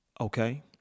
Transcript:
Okay